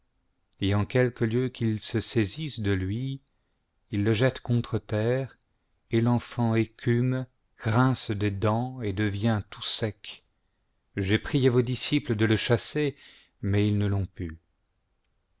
et en quelque lieu qu'il se saisisse de lui il le jette contre terre et xenfant écume grince des dents et devient tout sec j'ai prié vos disciples de le chasser mais ils ne l'ont pu